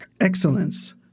Excellence